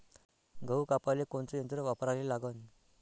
गहू कापाले कोनचं यंत्र वापराले लागन?